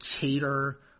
cater